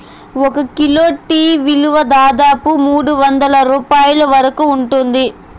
ఒక kilo tea విలువ దాదాపు మూడువందల రూపాయల వరకు ఉంటుంది